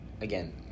again